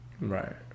Right